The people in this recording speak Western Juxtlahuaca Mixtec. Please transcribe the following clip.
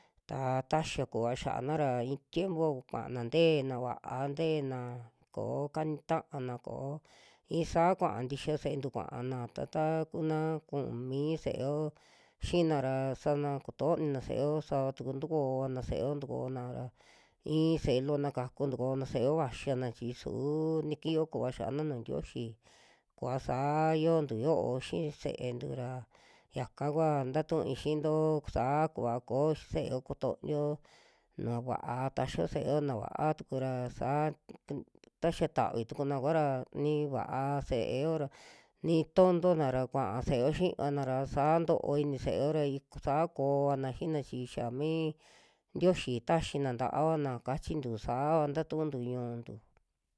Ta taxi'a kuva xiana ra i'i tiempo kuana nteena, va'a nteena koo kani ta'ana koo i'i saa kua ntixa se'entu kuana, ta taa kuna kuu mii se'eo xina ra sana kutonina se'eo, sava tuku tukoona se'eo tukona ra i'i se'elona kaku, tukona se'eo vaxiana chi suu nikiyo kuva xiana nuju tioxi kuva saa yiontu yo'o xii se'entu ra yaka kua tatui xiinto saa kuva koo xii se'eo kutonio nu va'a taxio se'eo, na va'a tukura ki- k taxa tavi tukuna kua'ra ni va'a se'eo ra, ni tonto'na ra kuaa se'eo xivana ra saa ntoo ini se'eo ra, saa koovana xina chi xaa mi ntioxi taxina ntaavana kachintu saava tatuuntu ñu'untu.